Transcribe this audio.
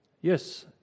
yes